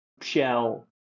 shell